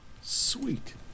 Sweet